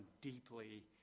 deeply